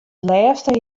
lêste